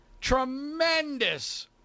Tremendous